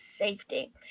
safety